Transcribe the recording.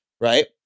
right